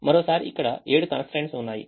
మరోసారి ఇక్కడ ఏడు constraints ఉన్నాయి